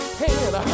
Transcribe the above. hand